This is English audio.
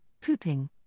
pooping